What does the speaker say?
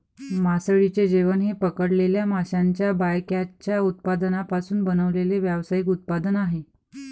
मासळीचे जेवण हे पकडलेल्या माशांच्या बायकॅचच्या उत्पादनांपासून बनवलेले व्यावसायिक उत्पादन आहे